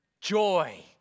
joy